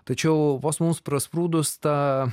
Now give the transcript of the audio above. tačiau vos mums prasprūdus tą